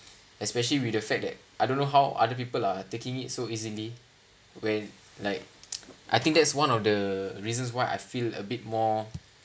especially with effect that I don't know how other people are taking it so easily when like I think that's one of the reasons why I feel a bit more